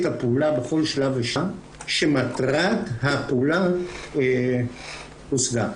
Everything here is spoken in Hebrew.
הפעולה בכל שלב --- שמטרת הפעולה הושגה.